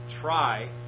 try